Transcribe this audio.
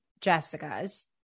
Jessica's